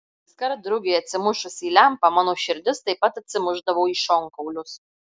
kaskart drugiui atsimušus į lempą mano širdis taip pat atsimušdavo į šonkaulius